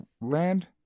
land